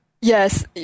Yes